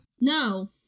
No